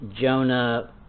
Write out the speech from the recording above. Jonah